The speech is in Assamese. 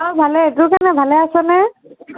অ' ভালেই তোৰ কেনে ভালে আছনে